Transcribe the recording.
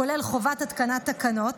כולל חובת התקנת תקנות,